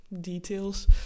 details